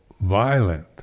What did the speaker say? violent